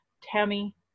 Tammy